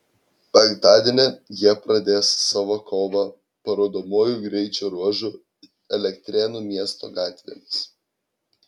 penktadienį jie pradės savo kovą parodomuoju greičio ruožu elektrėnų miesto gatvėmis